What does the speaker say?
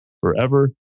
forever